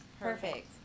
Perfect